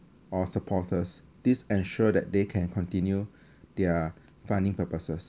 or supporters this ensure that they can continue their funding purposes